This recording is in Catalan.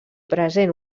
present